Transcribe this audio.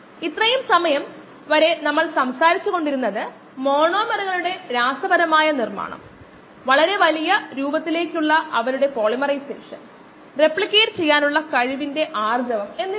കൂടുതൽ വിവരങ്ങൾ ഇല്ലാതെ അണുനശീകരണ പ്രക്രിയ രൂപകൽപ്പന ചെയ്യുന്നതിനും അണുനശീകരണ ഉപകരണങ്ങൾ രൂപകൽപ്പന ചെയ്യുന്നതിനും മറ്റും തന്നെ മറ്റെവിടെയെങ്കിലും ഉപയോഗിക്കാൻ കഴിയുന്ന തരത്തിൽ വിവരങ്ങൾ ശേഖരിക്കുന്നു